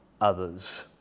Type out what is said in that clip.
others